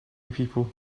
people